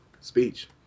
speech